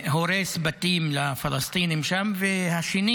הורס בתים לפלסטינים שם, והשני